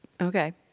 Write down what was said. Okay